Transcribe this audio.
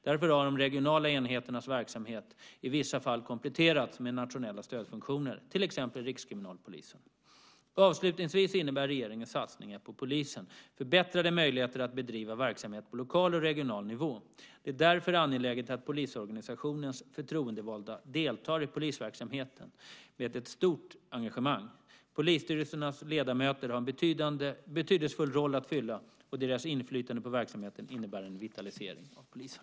Därför har de regionala enheternas verksamhet i vissa fall kompletterats med nationella stödfunktioner, till exempel Rikskriminalpolisen. Avslutningsvis innebär regeringens satsningar på polisen förbättrade möjligheter att bedriva verksamhet på lokal och regional nivå. Det är därför angeläget att polisorganisationens förtroendevalda deltar i polisverksamheten med ett stort engagemang. Polisstyrelsens ledamöter har en betydelsefull roll att fylla, och deras inflytande på verksamheten innebär en vitalisering av polisen.